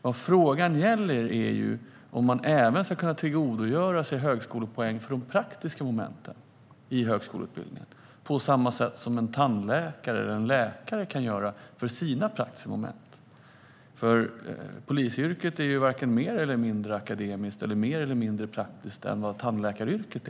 Vad frågan gäller är om man även ska kunna tillgodogöra sig högskolepoäng för de praktiska momenten i högskoleutbildningen på samma sätt som en tandläkarstudent eller läkarstudent kan göra för sina praktiska moment. Polisyrket är varken mer eller mindre akademiskt eller mer eller mindre praktiskt än tandläkaryrket.